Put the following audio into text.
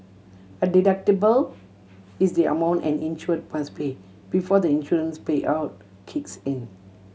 a deductible is the amount an insure must pay before the insurance payout kicks in